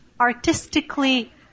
artistically